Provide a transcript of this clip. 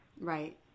Right